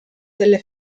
delle